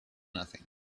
nothing